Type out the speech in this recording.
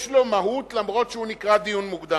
יש לו מהות, אף-על-פי שהוא נקרא "דיון מוקדם".